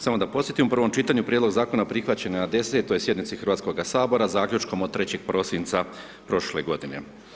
Samo da podsjetim, u prvom čitanju Prijedlog Zakona prihvaćen je na desetoj sjednici Hrvatskog sabora Zaključkom od 03. prosinca prošle godine.